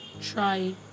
try